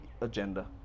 agenda